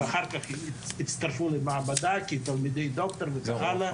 ואחר כך הצטרפו למעבדה כתלמידי דוקטור וכך הלאה.